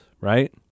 right